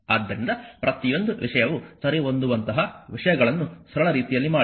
ಆದ್ದರಿಂದ ಪ್ರತಿಯೊಂದು ವಿಷಯವೂ ಸರಿಹೊಂದುವಂತಹ ವಿಷಯಗಳನ್ನು ಸರಳ ರೀತಿಯಲ್ಲಿ ಮಾಡಿ